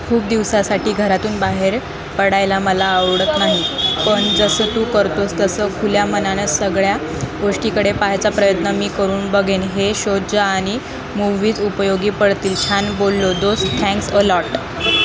खूप दिवसासाठी घरातून बाहेर पडायला मला आवडत नाही पण जसं तू करतोस तसं खुल्या मनानं सगळ्या गोष्टीकडे पाहायचा प्रयत्न मी करून बघेन हे शोज आणि मूव्हीज उपयोगी पडतील छान बोललो दोस्त थँक्स अ लॉट